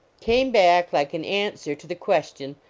came back, like an answer to the question,